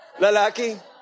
Lalaki